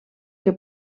que